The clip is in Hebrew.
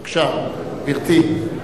בבקשה, גברתי.